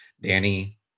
Danny